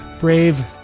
brave